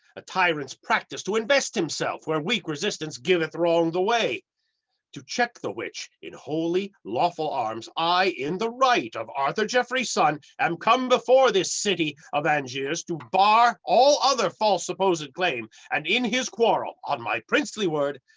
a tyrant's practice to invest himself, where weak resistance giveth wrong the way to check the which, in holy lawful arms, i, in the right of arthur geoffrey's son, am come before this city of angiers, to bar all other false supposed claim, and in his quarrel on my princely word,